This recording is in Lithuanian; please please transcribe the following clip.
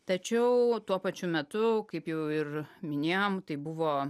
tačiau tuo pačiu metu kaip jau ir minėjom tai buvo